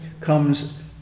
comes